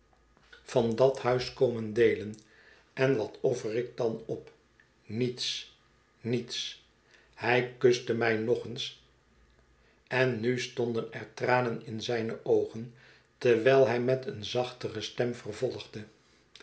van dat huis komen deelen en wat offer ik dan op niets niets hij kuste mij nog eens en nu stonden er tranen in zijne oogen terwijl hij met een zachtere stem vervolgde